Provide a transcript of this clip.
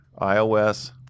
iOS